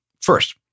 First